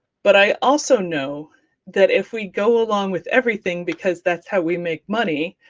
but i also know that, if we go along with everything because that's how we make money,